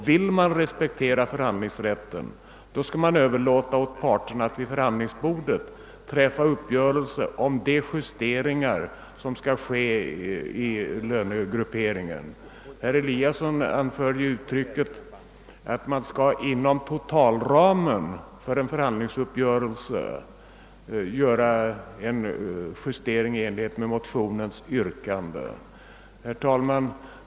Vill man respektera förhandlingsrätten skall man överlämna åt parterna att vid förhandlingsbordet träffa uppgörelse om de justeringar som önskas i fråga om lönegrupperingen. Herr Eliasson sade, att man inom totalramen för en förhandlingsuppgörelse bör göra en justering i enlighet med motionsyrkandet. Herr talman!